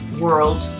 world